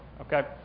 okay